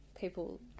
people